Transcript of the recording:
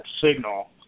signal